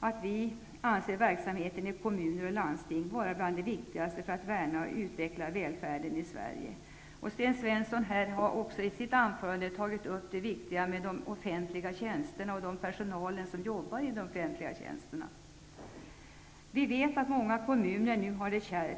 att vi i Folkpartiet liberalerna anser verksamheten i kommuner och landsting vara en av de viktigaste verksamheterna när det gäller att värna och utveckla välfärden i Sverige. Sten Svensson har i sitt anförande här framhållit hur viktigt det är med offentliga tjänster och den personal som jobbar med sådana. Vi vet ju att många kommuner nu har det kärvt.